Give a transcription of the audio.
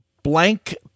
Blank